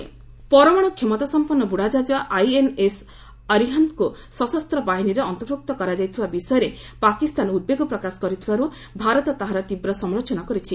India Pak Russia ପରମାଣୁ କ୍ଷମତାସମ୍ପନ୍ନ ବୁଡ଼ାଜାହାଜ ଆଇଏନ୍ଏସ୍ ଅରିହନ୍ତକୁ ସଶସ୍ତ ବାହିନୀରେ ଅନ୍ତର୍ଭୁକ୍ତ କରାଯାଇଥିବା ବିଷୟରେ ପାକିସ୍ତାନ ଉଦ୍ବେଗ ପ୍ରକାଶ କରିଥିବାରୁ ଭାରତ ତାହାର ତୀବ୍ର ସମାଲୋଚନା କରିଛି